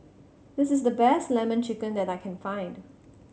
this is the best Lemon Chicken that I can find